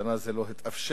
השנה זה לא התאפשר,